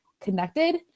connected